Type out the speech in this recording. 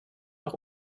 auch